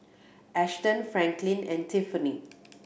Ashton Franklin and Tiffanie